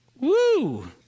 Woo